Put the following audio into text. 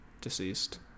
deceased